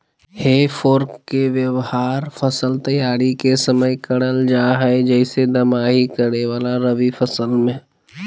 हे फोर्क के व्यवहार फसल तैयारी के समय करल जा हई, जैसे दमाही करे वाला रवि फसल मे